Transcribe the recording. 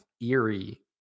eerie